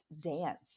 dance